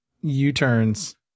U-turns